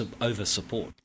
over-support